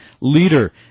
leader